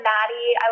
Maddie